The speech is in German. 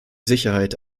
sicherheit